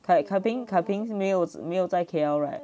kai ting kai ting 没有没有在 K_L right